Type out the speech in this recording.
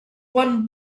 one